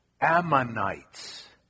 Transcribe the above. Ammonites